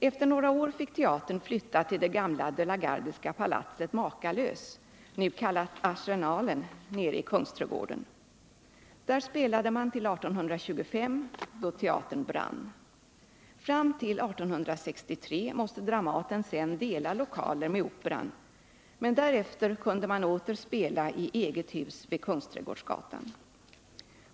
Efter några år fick teatern flytta till det gamla de la Gardieska palatset Makalös, nu kallat Arsenalen, nere i Kungsträdgården. Där spelade man till år 1825, då teatern brann. Fram till 1863 måste Dramaten dela lokaler med Operan, men därefter kunde man åter spela i eget hus vid Kungsträdgårdsgatan.